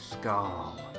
skull